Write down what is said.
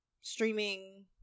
streaming